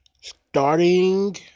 starting